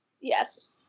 Yes